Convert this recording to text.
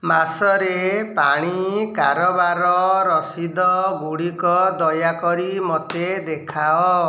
ମାସରେ ପାଣି କାରବାରର ରସିଦ ଗୁଡ଼ିକ ଦୟାକରି ମୋତେ ଦେଖାଅ